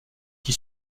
qui